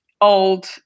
old